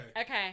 Okay